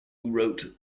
wrote